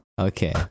Okay